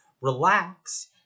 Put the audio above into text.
relax